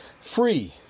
Free